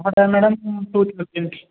ହଁ ତାହେଲେ ମ୍ୟାଡ଼ମ୍ କେଉଁଠି ରହୁଛନ୍ତି